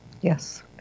yes